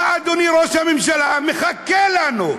מה מחכה לנו,